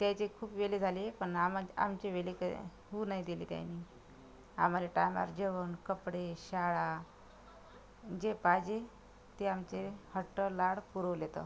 त्यांचे खूप वेळ झाले पण आम्हाला आमचे वेळ होऊ नाही दिले त्यांनी आम्हाला टाइमावर जेवण कपडे शाळा जे पाहिजे ते आमचे हट्ट लाड पुरवलेत